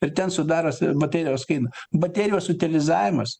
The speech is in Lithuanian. ir ten sudaro baterijos kainą baterijos utilizavimas